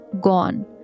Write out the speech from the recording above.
gone